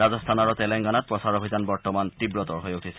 ৰাজস্থান আৰু তেলেংগানাত প্ৰচাৰ অভিযান বৰ্তমান তীব্ৰতৰ হৈ উঠিছে